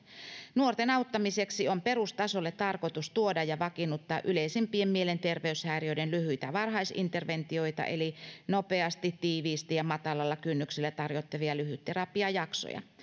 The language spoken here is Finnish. nuorten auttamiseksi on perustasolle tarkoitus tuoda ja vakiinnuttaa yleisimpien mielenterveyshäiriöiden lyhyitä varhaisinterventioita eli nopeasti tiiviisti ja matalalla kynnyksellä tarjottavia lyhytterapiajaksoja